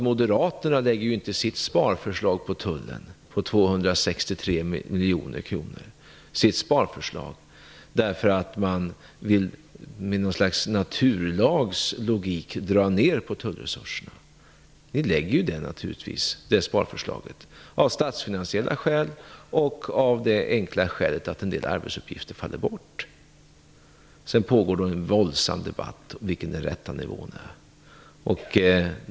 Moderaterna lägger inte fram sitt sparförslag för tullen på 263 miljoner kronor därför att de med något slags naturlags logik vill dra ner på tullresurserna. Ni lägger naturligtvis fram sparförslaget av statsfinansiella skäl och av det enkla skälet att en del arbetsuppgifter faller bort. Det pågår en våldsam debatt om vilken som är den rätta nivån.